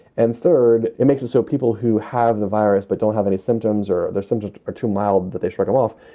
and third, it makes it so people who have the virus but don't have any symptoms or their symptoms are too mild that they shrug it off.